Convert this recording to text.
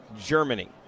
Germany